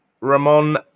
Ramon